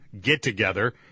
get-together